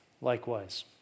likewise